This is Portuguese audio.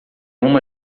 uma